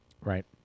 Right